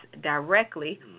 directly